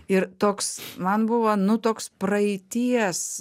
ir toks man buvo nu toks praeities